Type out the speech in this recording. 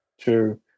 True